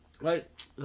Right